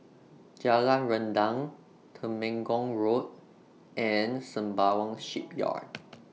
Jalan Rendang Temenggong Road and Sembawang Shipyard